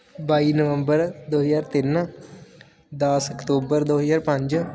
ਬਾਈ ਨਵੰਬਰ ਦੋ ਹਜ਼ਾਰ ਤਿੰਨ ਦਸ ਅਕਤੂਬਰ ਦੋ ਹਜ਼ਾਰ ਪੰਜ